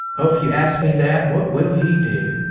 oh, if you ask me that, what will he do?